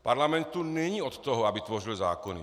Parlament tu není od toho, aby tvořil zákony.